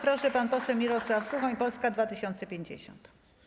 Proszę, pan poseł Mirosław Suchoń, Polska 2050.